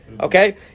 Okay